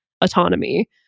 autonomy